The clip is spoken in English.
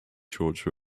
george